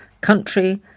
country